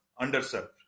underserved